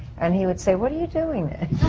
and he would say. what are you doing?